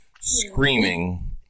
screaming